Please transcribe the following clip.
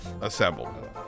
assembled